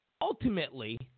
ultimately